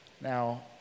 Now